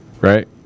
Right